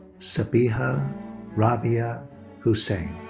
sabiha rabia hussain.